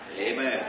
Amen